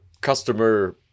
customer